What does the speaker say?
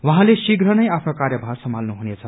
उहाँले शीप्र नै आफ्नो कार्यभार सम्हाल्नु हुनेछ